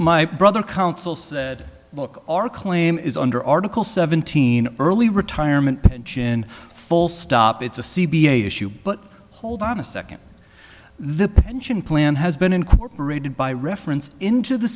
my brother council said look our claim is under article seventeen early retirement pension full stop it's a c b issue but hold on a second the pension plan has been incorporated by reference into the